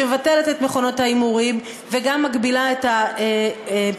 שמבטלת את מכונות ההימורים וגם מגבילה את הפרסום